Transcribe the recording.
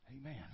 Amen